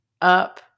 up